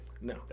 no